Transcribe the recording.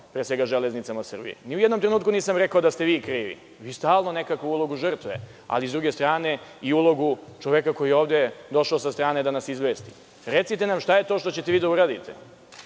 pre svega „Železnici Srbije“, ni u jednom trenutku nisam rekao da ste vi krivi. Vi ste stalno u nekoj ulozi žrtve, a sa druge strane i u ulozi čoveka koji je došao sa strane da nas izvesti. Recite nam, šta je to što ćete da uradite?